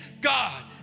God